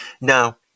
Now